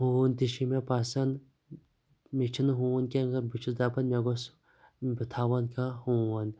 ہوٗن تہِ چھُ مےٚ پَسنٛد مےٚ چھِنہٕ ہوٗن کیٚنٛہہ مگر بہٕ چھُس دَپان مےٚ گوٚژھ بہٕ تھاوَن کانٛہہ ہوٗن